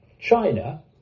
China